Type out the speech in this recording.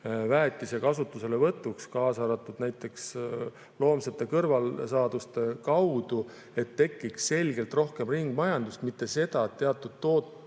väetiste kasutuselevõtuks, kaasa arvatud näiteks loomsete kõrvalsaaduste kaudu, et tekiks selgelt rohkem ringmajandust, mitte see, et teatud toote